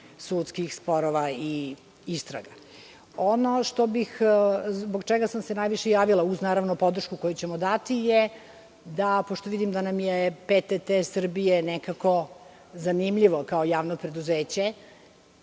sudskih sporova i istraga. Ono zbog čega sam se najviše javila, uz podršku koju ćemo dati, je da, pošto vidim da nam je PTT Srbije nekako zanimljivo, kao javno preduzeće,